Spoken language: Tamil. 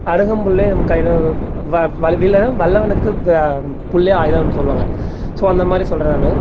அருங்கம்புல்லே முக்கா கிலோ வ வலுவில்லை வல்லவனுக்கு புல்லே ஆயுதம்னு சொல்லுவாங்க ஸோ அந்தமாதிரி சொல்லுறேன் நான்